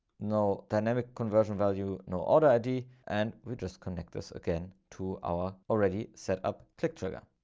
no dynamic conversion value, no order id. and we just connect us again to our already set up click trigger.